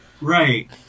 Right